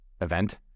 event